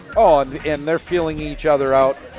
oh, and they are feeling each other out,